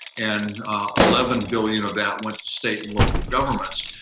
and eleven billion of that went to state and local governments.